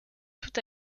tout